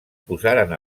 posaren